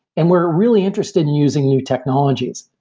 and we're really interested in using new technologies.